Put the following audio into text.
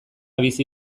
bizi